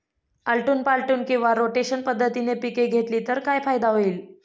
आलटून पालटून किंवा रोटेशन पद्धतीने पिके घेतली तर काय फायदा होईल?